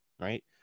right